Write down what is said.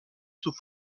sous